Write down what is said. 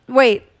wait